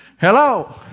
Hello